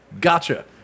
Gotcha